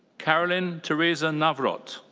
karolyn theresa nawrot.